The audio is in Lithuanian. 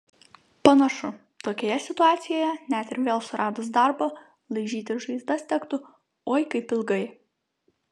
panašu tokioje situacijoje net ir vėl suradus darbą laižytis žaizdas tektų oi kaip ilgai